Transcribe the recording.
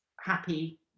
happy